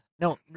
No